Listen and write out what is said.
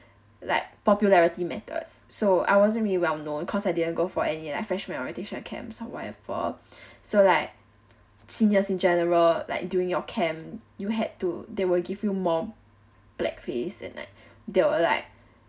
like popularity matters so I wasn't really well known cause I didn't go for any like freshman orientation camps or whatever so like seniors in general like during your camp you had to they will give you more black face and like they'll like